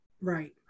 Right